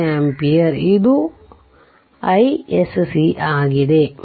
25 ampereisc ಆಗಿದೆ